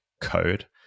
code